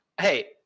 Hey